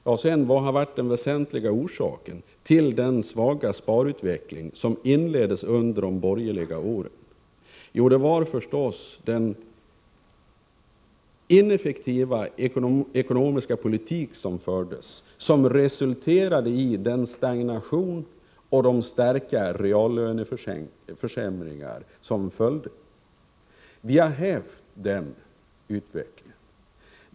Vad har varit den väsentliga orsaken till den svaga sparutveckling som inleddes under de borgerliga åren? Jo, det var förstås den ineffektiva ekonomiska politik som fördes, som resulterade i den stagnation och de starka reallöneförsämringar som följde. Vi har hävt den utvecklingen.